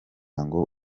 ngo